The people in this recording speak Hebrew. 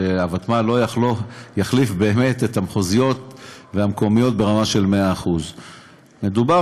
שהוותמ"ל לא תחליף באמת את המחוזיות והמקומיות ברמה של 100%; מדובר,